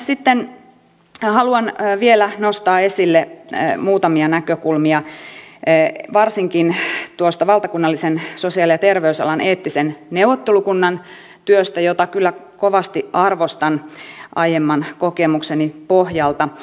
sitten haluan vielä nostaa esille muutamia näkökulmia varsinkin tuosta valtakunnallisen sosiaali ja terveysalan eettisen neuvottelukunnan työstä jota kyllä kovasti arvostan aiemman kokemukseni pohjalta